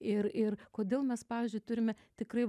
ir ir ir kodėl mes pavyzdžiui turime tikrai